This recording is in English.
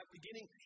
beginning